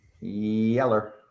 Yeller